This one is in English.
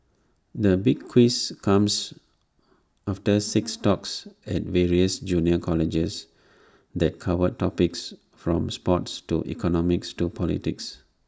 the big quiz comes after six talks at various junior colleges that covered topics from sports to economics to politics